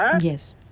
Yes